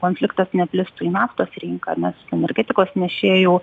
konfliktas neplistų į naftos rinką nes energetikos nešėjų